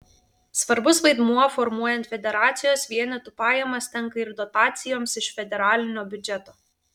svarbus vaidmuo formuojant federacijos vienetų pajamas tenka ir dotacijoms iš federalinio biudžeto